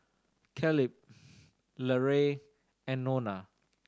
Kaleb Larae and Nona